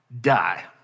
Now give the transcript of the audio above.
die